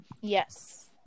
Yes